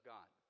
God